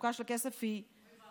החלוקה של הכסף היא הוגנת.